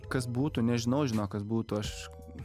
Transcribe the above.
kas būtų nežinau žino kas būtų aš